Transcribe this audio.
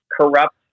corrupt